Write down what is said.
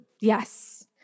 yes